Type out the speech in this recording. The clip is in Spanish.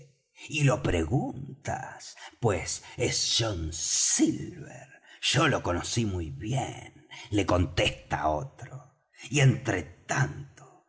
y lo preguntas pues es john silver yo lo conocí muy bien le contesta otro y entre tanto